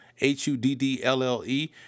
H-U-D-D-L-L-E